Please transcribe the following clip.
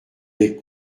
est